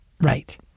Right